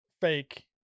fake